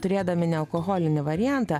turėdami nealkoholinį variantą